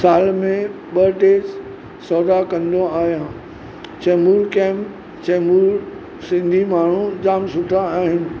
साल में ॿ टे सौदा कंदो आहियां चेंबूर कैंप चेंबूर सिंधी माण्हू जामु सुठा आहिनि